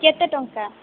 କେତେ ଟଙ୍କା